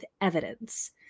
evidence